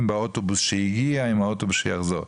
באוטובוס שהגיע עם האוטובוס שיחזור.